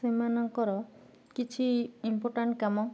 ସେମାନଙ୍କର କିଛି ଇମ୍ପୋଟାଣ୍ଟ୍ କାମ